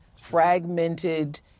fragmented